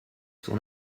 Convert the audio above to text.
son